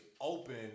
open